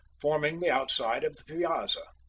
forming the outside of the piazza.